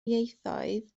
ieithoedd